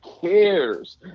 cares